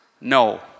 No